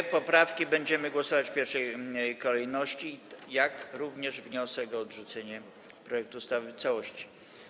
Nad poprawkami będziemy głosować w pierwszej kolejności, jak również nad wnioskiem o odrzucenie projektu ustawy w całości.